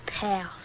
pals